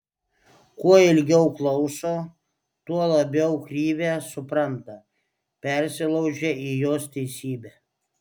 kuo ilgiau klauso tuo labiau krivę supranta persilaužia į jos teisybę